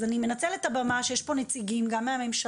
אז, אני מנצלת את הבמה שיש פה נציגים גם מהממשלה,